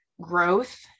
growth